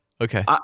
okay